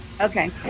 Okay